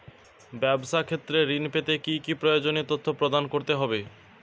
ব্যাবসা ক্ষেত্রে ঋণ পেতে কি কি প্রয়োজনীয় তথ্য প্রদান করতে হবে?